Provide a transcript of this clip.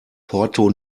porto